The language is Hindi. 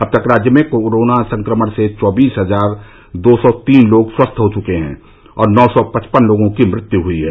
अब तक राज्य में कोरोना संक्रमण से चौबीस हजार दो सौ तीन लोग स्वस्थ हो चुके हैं और नौ सौ पचपन लोगों की मृत्यु हुई है